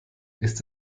ist